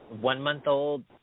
one-month-old